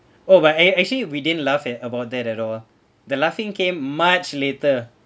oh but act~ actually we didn't laugh at about that at all ah the laughing came much later